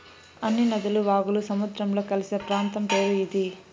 అన్ని నదులు వాగులు సముద్రంలో కలిసే ప్రాంతం పేరు ఇది